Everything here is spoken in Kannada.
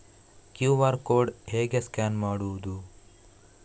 ಕ್ಯೂ.ಆರ್ ಕೋಡ್ ಹೇಗೆ ಸ್ಕ್ಯಾನ್ ಮಾಡುವುದು?